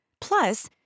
Plus